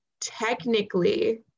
technically